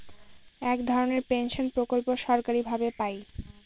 এক ধরনের পেনশন প্রকল্প সরকারি ভাবে পাই